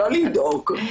לא לדאוג.